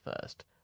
First